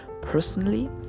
Personally